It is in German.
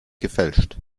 gefälscht